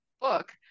book